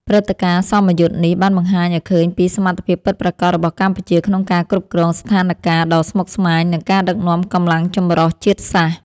ព្រឹត្តិការណ៍សមយុទ្ធនេះបានបង្ហាញឱ្យឃើញពីសមត្ថភាពពិតប្រាកដរបស់កម្ពុជាក្នុងការគ្រប់គ្រងស្ថានការណ៍ដ៏ស្មុគស្មាញ និងការដឹកនាំកម្លាំងចម្រុះជាតិសាសន៍។